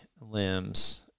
limbs